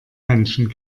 menschen